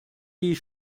die